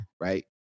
right